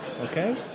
Okay